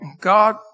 God